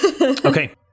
Okay